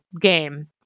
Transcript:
game